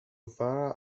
far